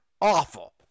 awful